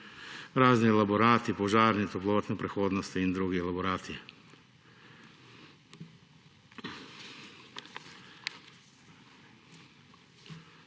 razni elaborati, požarni, toplotne prehodnosti in drugi elaborati.